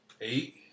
Eight